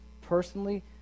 personally